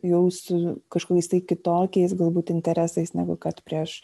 jau su kažkokiais tai kitokiais galbūt interesais negu kad prieš